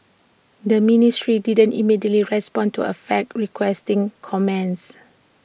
the ministry didn't immediately respond to A fax requesting comments